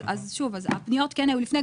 אז שוב, הפניות כן היו לפני.